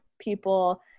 people